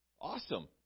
Awesome